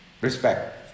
respect